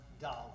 dollar